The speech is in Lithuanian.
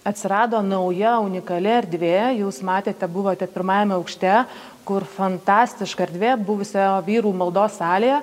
atsirado nauja unikali erdvė jūs matėte buvote pirmajame aukšte kur fantastiška erdvė buvusioje vyrų maldos salėje